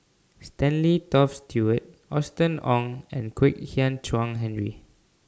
Stanley Toft Stewart Austen Ong and Kwek Hian Chuan Henry